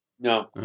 no